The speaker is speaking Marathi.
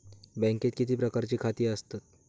बँकेत किती प्रकारची खाती आसतात?